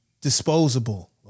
disposable